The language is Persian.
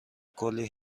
کلی